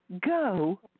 Go